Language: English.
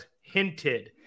hinted